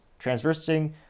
transversing